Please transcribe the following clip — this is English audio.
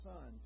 Son